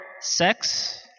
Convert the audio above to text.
sex